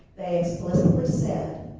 they explicitly said,